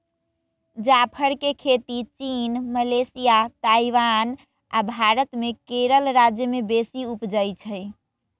जाफर के खेती चीन, मलेशिया, ताइवान आ भारत मे केरल राज्य में बेशी उपजै छइ